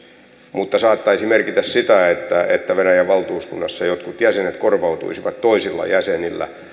mutta saattaisi merkitä sitä että että venäjän valtuuskunnassa jotkut jäsenet korvautuisivat toisilla jäsenillä